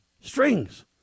strings